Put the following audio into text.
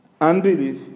Unbelief